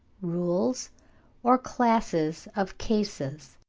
rules or classes of cases.